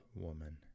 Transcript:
woman